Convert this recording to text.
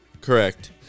Correct